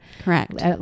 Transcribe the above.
Correct